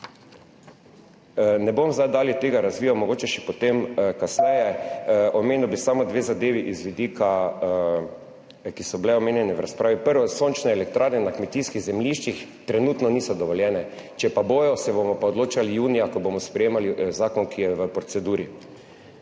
Ne bom zdaj dalje tega razvijal, mogoče še potem kasneje. Omenil bi samo dve zadevi iz vidika, ki so bile omenjene v razpravi. Prvo. Sončne elektrarne na kmetijskih zemljiščih trenutno niso dovoljene, če pa bodo, se bomo pa odločali junija, ko bomo sprejemali zakon, ki je v proceduri.